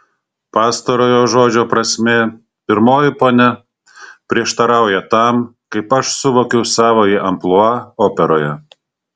pastarojo žodžio prasmė pirmoji ponia prieštarauja tam kaip aš suvokiu savąjį amplua operoje